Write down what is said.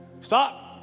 Stop